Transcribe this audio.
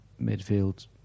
midfield